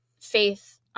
Faith